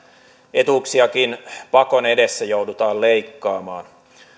etuuksiakin pakon edessä joudutaan leikkaamaan